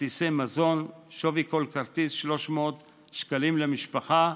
כרטיסי מזון, שווי כל כרטיס 300 שקלים למשפחה,